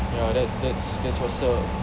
ya that's that's that's what's up